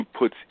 inputs